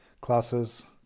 classes